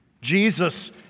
Jesus